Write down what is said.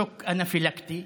שוק אנפילקטי,